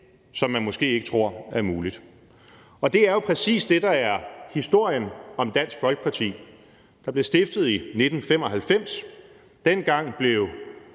som man måske ikke tror er muligt. Det er jo præcis det, der er historien om Dansk Folkeparti, der blev stiftet i 1995 og dengang blev